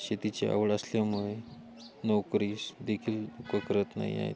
शेतीची आवड असल्यामुळे नोकरी देखील को करत नाही आहेत